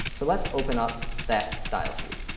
so let's open up that style sheet,